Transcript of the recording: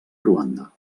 ruanda